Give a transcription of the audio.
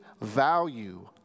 value